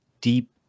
deep